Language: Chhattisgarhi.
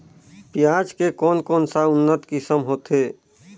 पियाज के कोन कोन सा उन्नत किसम होथे?